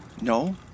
No